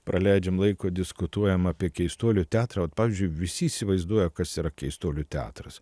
praleidžiam laiko diskutuojam apie keistuolių teatro pavyzdžiui visi įsivaizduoja kas yra keistuolių teatras